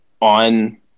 on